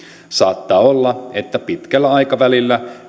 saattaa olla että pitkällä aikavälillä